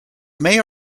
may